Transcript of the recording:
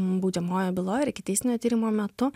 baudžiamojoje byloj ar ikiteisminio tyrimo metu